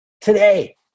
Today